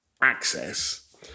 access